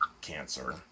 cancer